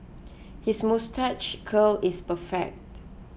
his moustache curl is perfect